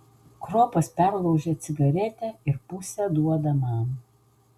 kropas perlaužia cigaretę ir pusę duoda man